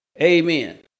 Amen